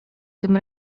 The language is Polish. tym